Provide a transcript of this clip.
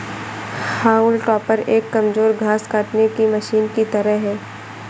हाउल टॉपर एक कमजोर घास काटने की मशीन की तरह है